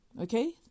Okay